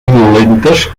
violentes